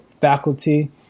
faculty